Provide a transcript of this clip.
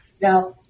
Now